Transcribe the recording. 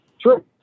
true